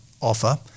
offer